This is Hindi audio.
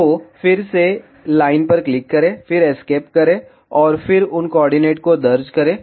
तो फिर से लाइन पर क्लिक करें फिर एस्केप करें और फिर उन कोऑर्डिनेट को दर्ज करें